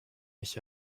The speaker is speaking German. nicht